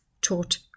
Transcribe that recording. taught